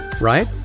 right